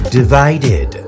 divided